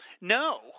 no